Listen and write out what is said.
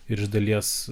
ir iš dalies